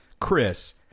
Chris